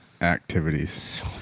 Activities